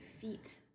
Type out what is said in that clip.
feet